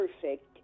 perfect